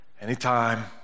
anytime